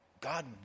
God